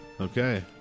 Okay